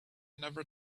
never